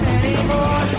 anymore